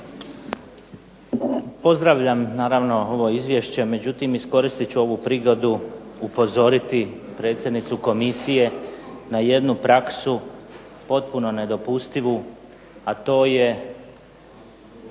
Pozdravljam naravno ovo izvješće međutim iskoristi ću ovu prigodu upozoriti predsjednicu komisije na jednu praksu potpuno nedopustivu, a to je